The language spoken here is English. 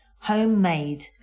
homemade